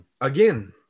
again